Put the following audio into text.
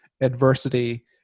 adversity